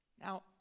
Now